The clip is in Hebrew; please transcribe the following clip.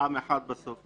עם אחד בסוף.